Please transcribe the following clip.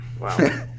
Wow